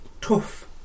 tough